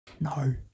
No